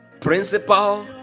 principal